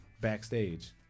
backstage